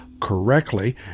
correctly